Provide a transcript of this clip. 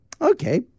Okay